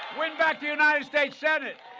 win back the united states senate.